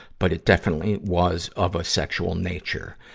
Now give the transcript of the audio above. but it definitely was of a sexual nature.